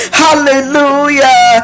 hallelujah